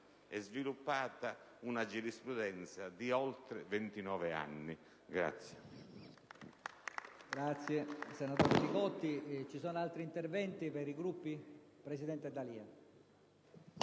e sviluppata una giurisprudenza di oltre 29 anni.